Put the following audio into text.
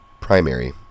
Primary